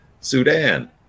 Sudan